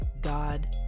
God